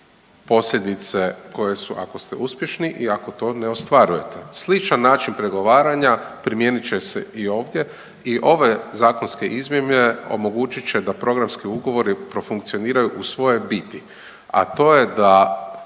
posljedice, koje ako ste uspješni i ako to ne ostvarujete. Sličan način pregovaranja primijenit će se i ovdje i ovaj zakonske izmjene omogućit će da programskih ugovori profunkcioniraju u svojoj biti, a to je da